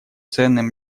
ценным